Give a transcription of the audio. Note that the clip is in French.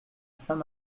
saint